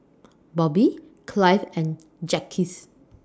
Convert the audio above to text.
Bobby Clive and Jacquez